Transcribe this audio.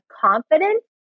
confidence